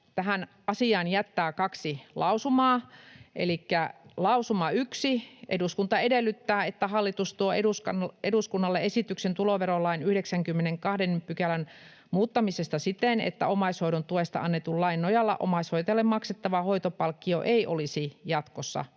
tähän asiaan kaksi lausumaa: Lausuma 1: ”Eduskunta edellyttää, että hallitus tuo eduskunnalle esityksen tuloverolain 92 §:n muuttamisesta siten, että omaishoidon tuesta annetun lain nojalla omaishoitajalle maksettava hoitopalkkio ei olisi jatkossa